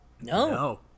No